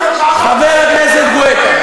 חבר הכנסת גואטה,